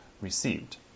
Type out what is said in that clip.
received